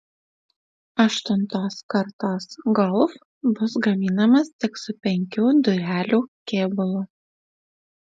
aštuntos kartos golf bus gaminamas tik su penkių durelių kėbulu